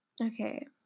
Okay